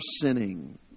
sinning